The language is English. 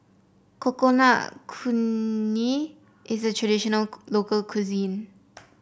Coconut Kuih is a traditional local cuisine